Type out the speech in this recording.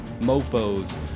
mofos